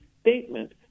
statement